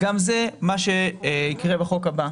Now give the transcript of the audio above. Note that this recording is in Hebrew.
גם זה מה שיקרה בחוק הבא.